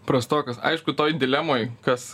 prastokas aišku toj dilemoj kas